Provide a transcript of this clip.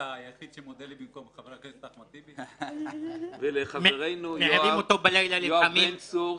לאחמד טיבי ולחברנו יואב בן צור,